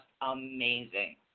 amazing